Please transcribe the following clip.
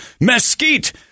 mesquite